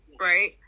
right